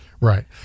right